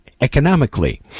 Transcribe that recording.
economically